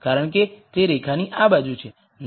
કારણ કે તે રેખાની આ બાજુ છે